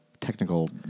technical